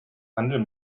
handel